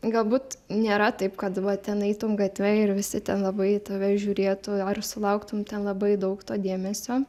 galbūt nėra taip kad va ten eitum gatve ir visi ten labai į tave žiūrėtų ar sulauktum ten labai daug to dėmesio